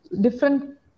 different